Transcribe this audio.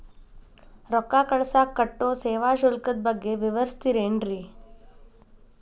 ರೊಕ್ಕ ಕಳಸಾಕ್ ಕಟ್ಟೋ ಸೇವಾ ಶುಲ್ಕದ ಬಗ್ಗೆ ವಿವರಿಸ್ತಿರೇನ್ರಿ?